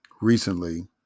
recently